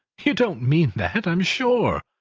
you don't mean that, i am sure?